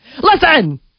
listen